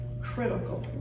critical